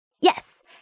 Yes